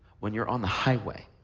when you're on the highway